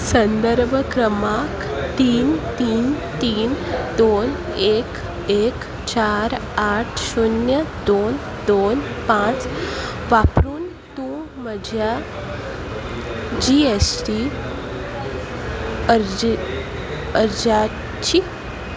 संदर्भ क्रमांक तीन तीन तीन दोन एक एक चार आठ शुन्य दोन दोन पांच वापरून तूं म्हज्या जी एस टी अर्ज अर्ज्याची